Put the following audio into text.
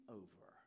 over